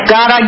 God